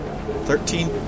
Thirteen